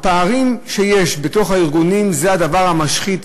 הפערים שיש בתוך ארגונים זה הדבר המשחית,